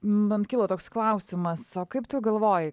man kilo toks klausimas o kaip tu galvoji